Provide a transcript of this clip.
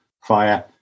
fire